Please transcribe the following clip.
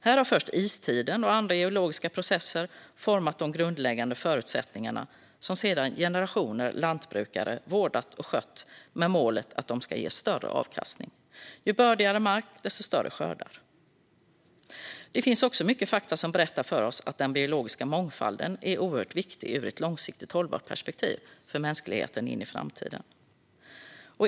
Här har först istiden och andra geologiska processer format de grundläggande förutsättningarna som sedan generationer lantbrukare vårdat och skött med målet att de ska ge större avkastning. Ju bördigare mark, desto större skördar. Det finns också mycket fakta som berättar för oss att den biologiska mångfalden är oerhört viktig ur ett långsiktigt hållbart perspektiv för mänskligheten in i framtiden.